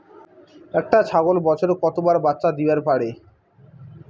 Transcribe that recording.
একটা ছাগল বছরে কতবার বাচ্চা দিবার পারে?